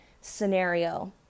scenario